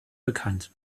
bekannt